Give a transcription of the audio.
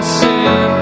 sin